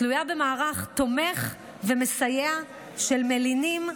תלויה במערך תומך ומסייע של מלינים,